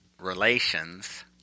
relations